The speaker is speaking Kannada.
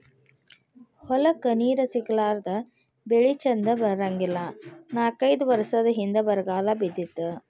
ಹೊಲಕ್ಕ ನೇರ ಸಿಗಲಾರದ ಬೆಳಿ ಚಂದ ಬರಂಗಿಲ್ಲಾ ನಾಕೈದ ವರಸದ ಹಿಂದ ಬರಗಾಲ ಬಿದ್ದಿತ್ತ